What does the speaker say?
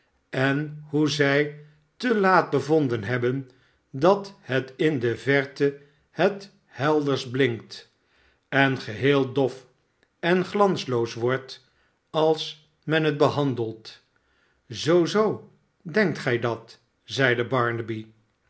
en hoe zij te laat bevonden hebben dat het in de verte het helderst blinkt en geheel dof en glansloos wordt als men het behandelt zoo zoo denkt gij dat zeide